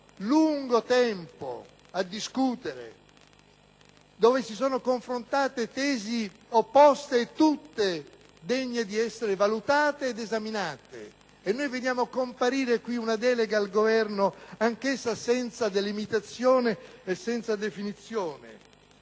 lungo tempo a discutere e sulla quale si sono confrontate tesi opposte, ma tutte degne di essere valutate ed esaminate. Noi invece vediamo comparire qui una delega al Governo, anch'essa senza delimitazione e senza definizione.